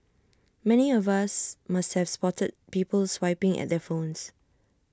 many of us must have spotted people swiping at their phones